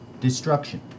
destruction